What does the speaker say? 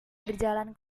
berjalan